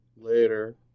later